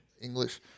English